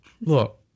Look